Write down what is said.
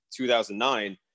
2009